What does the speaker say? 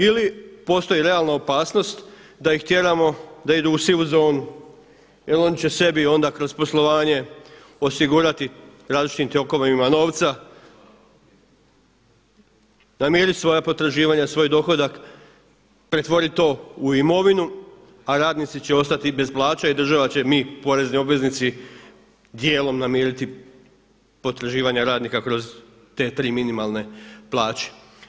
Ili postoji realna opasnost da ih tjeramo da idu u sivu zonu, jer oni će sebi onda kroz poslovanje osigurati različitim tokovima novca, namirit svoja potraživanja, svoj dohodak, pretvorit to u imovinu, a radnici će ostati bez plaća i država će, mi, porezni obveznici dijelom namiriti potraživanja radnika kroz te tri minimalne plaće.